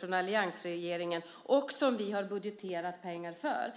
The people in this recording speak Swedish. från alliansregeringens sida föreslår och som vi har budgeterat pengar för.